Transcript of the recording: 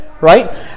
right